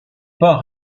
pas